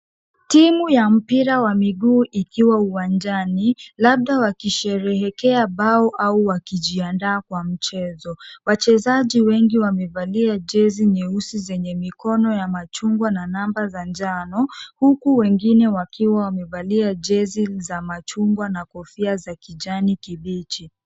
Timu ya mpira wa miguu ikiwa uwanjani labda wakisherekea bao au wakijiandaa kwa mchezo. Wachezaji wengi wamevalia jezi nyeusi zenye mikono ya machungwa na namba za njano huku wengine wakiwa wamevalia jezi za machungwa na kofia za kijani kibichi.